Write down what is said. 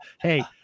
Hey